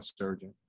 surgeon